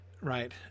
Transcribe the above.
right